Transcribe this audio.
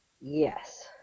Yes